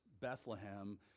Bethlehem